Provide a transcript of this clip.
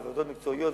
בעבודות מקצועיות,